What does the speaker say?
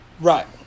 Right